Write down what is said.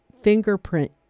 fingerprint